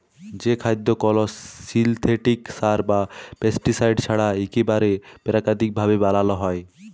যে খাদ্য কল সিলথেটিক সার বা পেস্টিসাইড ছাড়া ইকবারে পেরাকিতিক ভাবে বানালো হয়